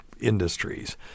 industries